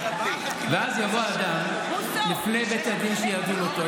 ואז יבוא אדם לפני בית הדין שידון אותו,